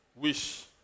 wish